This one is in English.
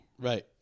Right